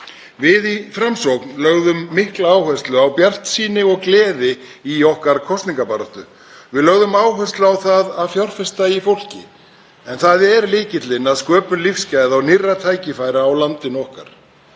Við í Framsókn lögðum mikla áherslu á bjartsýni og gleði í okkar kosningabaráttu. Við lögðum áherslu á það að fjárfesta í fólki, en það er lykillinn að sköpun lífsgæða og nýrra tækifæra á landinu okkar.